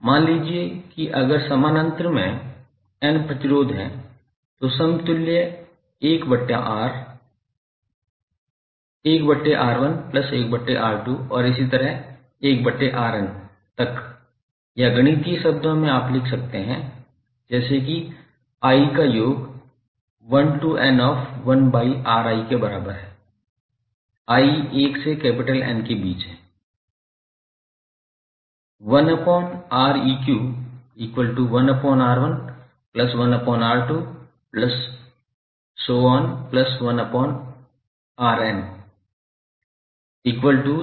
मान लीजिए कि अगर समानांतर में n प्रतिरोध हैं तो समतुल्य 1R 1R1 प्लस 1R2 और इसी तरह 1Rn तक या गणितीय शब्दों में आप लिख सकते हैं जैसे कि i का योग 1 to N of 1 by Ri के बराबर है